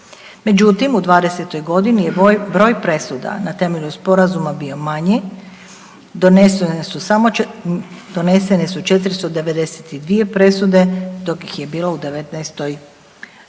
Međutim, u '20. godini je broj presuda na temelju sporama bio manji, donesene su samo, donesene su 492 presude dok ih je bilo u '19. 602.